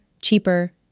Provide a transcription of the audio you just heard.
cheaper